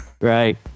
right